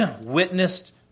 witnessed